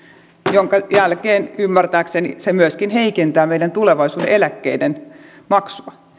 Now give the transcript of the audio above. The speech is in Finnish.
minkä jälkeen ymmärtääkseni se myöskin heikentää meidän tulevaisuuden eläkkeiden maksua